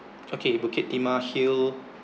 okay bukit timah hill